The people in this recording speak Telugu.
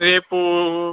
రేపు